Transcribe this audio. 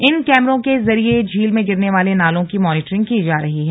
इन कैमरों के जरिए झील में गिरने वाले नालों की मॉनिटरिंग की जा रही है